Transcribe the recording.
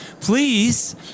please